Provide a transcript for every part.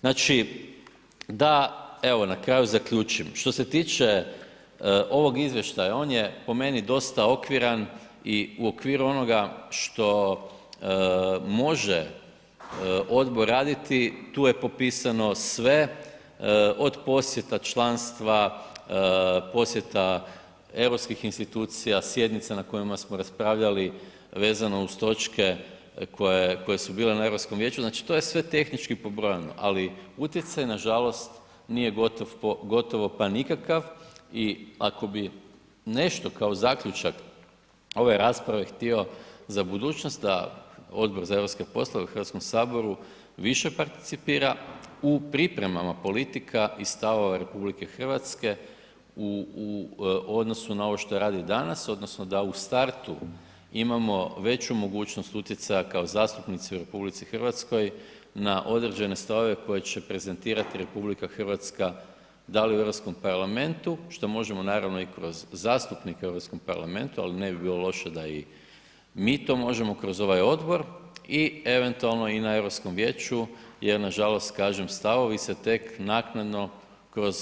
Znači, da evo na kraju zaključim, što se tiče ovog izvještaja, on je po meni dosta okviran i u okviru onoga što može odbor raditi, tu je popisano sve od posjeta članstva, posjeda europskih institucija, sjednica na kojima smo raspravljali vezano uz točke koja je, koje su bile na Europskom vijeću, znači to je sve tehnički pobrojano, ali utjecaj nažalost nije gotovo pa nikakav i ako bi nešto kao zaključak ove rasprave htio za budućnosti, a Odbor za europske poslove u Hrvatskom saboru više participira u pripremama politika i stavova RH u odnosu na ovo što radi danas odnosno da u startu imamo veću mogućnost utjecaja kao zastupnici u RH na određene stavove koje će prezentirati RH, da li u Europskom parlamentu što možemo naravno i kroz zastupnike u Europskom parlamentu ali ne bi bilo loše da i mi to možemo kroz ovaj odbor i eventualno i na Europskom vijeću jer nažalost kažem stavovi se tek naknadno kroz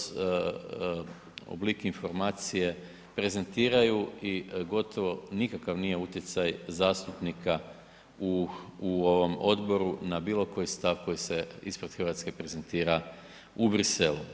oblik informacije prezentiraju i gotovo nikakav nije utjecaj zastupnika u ovom odboru na bilo koji stav koji se ispred Hrvatske prezentira u Bruxellesu.